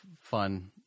fun